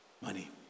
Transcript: money